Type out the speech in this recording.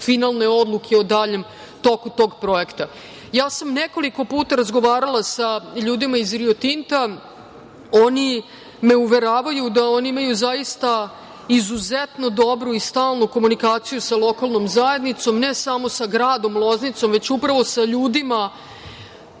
finalne odluke o daljem toku tog projekta. Nekoliko puta sam razgovarala sa ljudima iz „Rio Tinta“, oni me uveravaju da oni imaju zaista izuzetno dobru i stalnu komunikaciju sa lokalnom zajednicom, ne samo sa gradom Loznicom već upravo sa ljudima